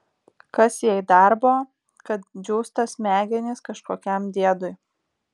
kas jai darbo kad džiūsta smegenys kažkokiam diedui